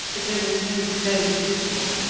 but there was no stone visible,